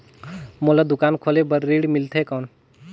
मोला दुकान खोले बार ऋण मिलथे कौन?